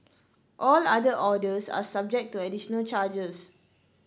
all other orders are subject to additional charges